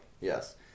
Yes